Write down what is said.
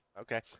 okay